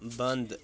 بنٛد